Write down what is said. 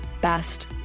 best